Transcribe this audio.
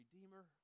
Redeemer